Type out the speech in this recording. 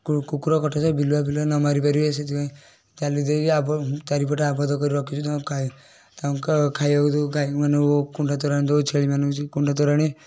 କୁକୁର କଟାସ ବିଲୁଆଫିଲୁଆ ନ ମାରି ପାରିବେ ସେଥିପାଇଁ ଜାଲି ଦେଇକି ଆବ ଚାରିପଟେ ଆବଦ୍ଧ କରିକି ରଖିଛୁ ତାଙ୍କୁ ଖାଇ ତାଙ୍କୁ ଖାଇବାକୁ ଦୋଉ ଗାଈ ମାନଙ୍କୁ କୁଣ୍ଡା ତୋରାଣି ଦେଉ ଛେଳିମାନଙ୍କୁ କୁଣ୍ଡା ତୋରାଣି